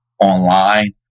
online